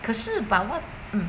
可是 but what's mm